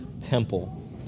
temple